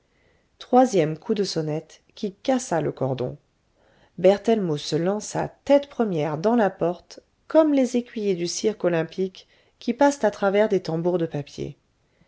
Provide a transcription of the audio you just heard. troisième coup de sonnette qui cassa le cordon berthellemot se lança tête première dans la porte comme les écuyers du cirque olympique qui passent à travers des tambours de papier